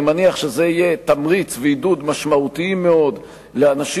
אני מניח שזה יהיה תמריץ ועידוד משמעותיים מאוד לאנשים